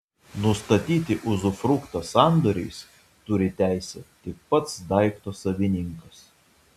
nustatyti uzufruktą sandoriais turi teisę tik pats daikto savininkas